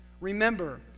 Remember